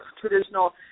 traditional